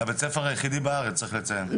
זה בית הספר היחידי בארץ צריך לציין.